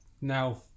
Now